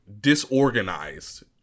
disorganized